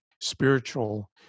spiritual